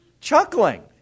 chuckling